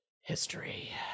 history